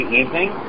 evening